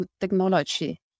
technology